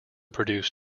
produced